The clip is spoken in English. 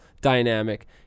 dynamic